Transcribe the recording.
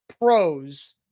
pros